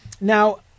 now